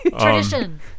Tradition